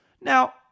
Now